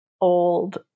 old